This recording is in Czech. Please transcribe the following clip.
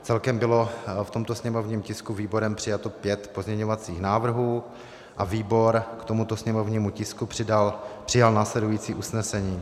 Celkem bylo v tomto sněmovním tisku výborem přijato pět pozměňovacích návrhů a výbor k tomuto sněmovnímu tisku přijal následující usnesení.